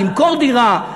למכור דירה,